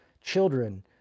children